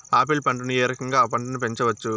Apple పంటను ఏ రకంగా అ పంట ను పెంచవచ్చు?